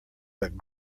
but